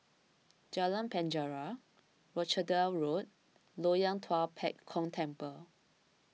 Jalan Penjara Rochdale Road Loyang Tua Pek Kong Temple